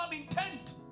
intent